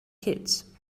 kids